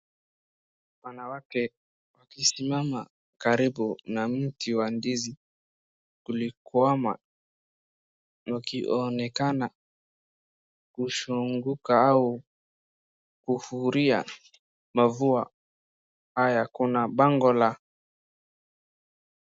Wanawake wakisimama karibu na mti wa ndizi kulikwama. Wakionekana kushunguka au kufuria mavua haya. Kuna bango la.